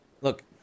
Look